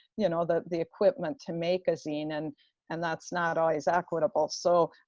you know, the the equipment to make a zine and and that's not always equitable. so